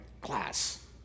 class